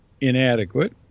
inadequate